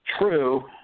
True